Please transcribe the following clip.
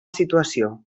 situació